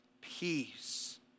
peace